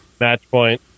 Matchpoint